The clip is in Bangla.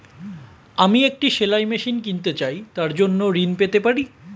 আমি একটি সেলাই মেশিন কিনতে চাই তার জন্য ঋণ পেতে পারি?